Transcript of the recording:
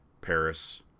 Paris